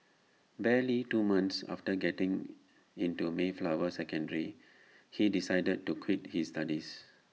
barely two months after getting into Mayflower secondary he decided to quit his studies